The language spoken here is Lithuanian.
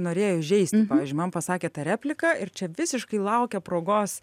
norėjo įžeisti pavyzdžiui man pasakė tą repliką ir čia visiškai laukė progos